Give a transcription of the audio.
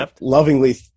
lovingly